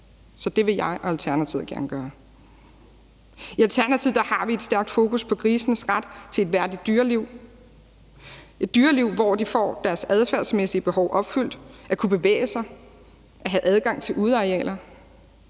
så det vil jeg og Alternativet gerne gøre. I Alternativet har vi et stærkt fokus på grisenes ret til et værdigt dyreliv, et dyreliv, hvor de får deres adfærdsmæssige behov opfyldt, at kunne bevæge sig, at have adgang til udearealer